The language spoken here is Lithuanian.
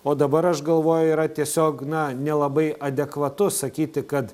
o dabar aš galvoju yra tiesiog na nelabai adekvatu sakyti kad